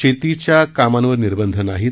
शेतीच्या कामांवर निर्बंध नाहीत